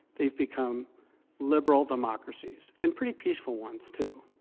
they've become liberal democracies and pretty peaceful ones too.